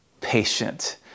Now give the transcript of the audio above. patient